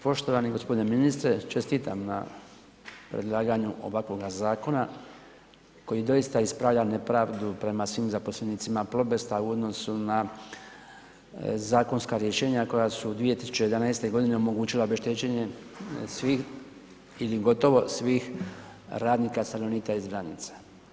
Poštovani g. ministre, čestitam na predlaganju ovakvoga zakona koji doista ispravlja nepravdu prema svim zaposlenicima Plobesta u odnosu na zakonska rješenja koja su 2011.g. omogućila obeštećenje svih ili gotovo svih radnika, stanovnika iz Vranjica.